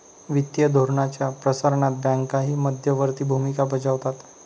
वित्तीय धोरणाच्या प्रसारणात बँकाही मध्यवर्ती भूमिका बजावतात